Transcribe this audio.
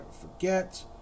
forget